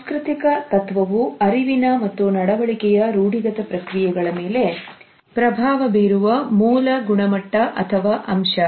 ಸಾಂಸ್ಕೃತಿಕ ತತ್ವವು ಅರಿವಿನ ಮತ್ತು ನಡವಳಿಕೆಯ ರೂಢಿಗತ ಪ್ರಕ್ರಿಯೆಗಳ ಮೇಲೆ ಪ್ರಭಾವ ಬೀರುವ ಮೂಲ ಗುಣಮಟ್ಟ ಅಥವಾ ಅಂಶ